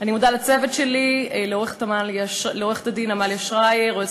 כמעט 40 מיליארד